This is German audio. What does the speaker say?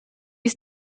ist